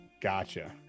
Gotcha